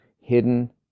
hidden